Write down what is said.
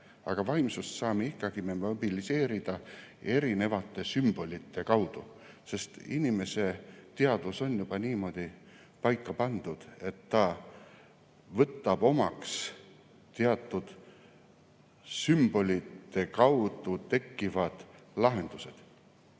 aga vaimsust saame me mobiliseerida erinevate sümbolite kaudu, sest inimese teadvus on juba niimoodi paika pandud, et ta võtab omaks teatud sümbolite kaudu tekkivad lahendused.